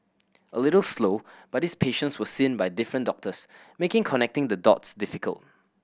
a little slow but these patients were seen by different doctors making connecting the dots difficult